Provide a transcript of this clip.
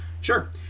Sure